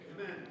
Amen